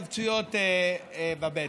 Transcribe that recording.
התכווצויות בבטן.